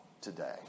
today